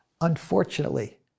Unfortunately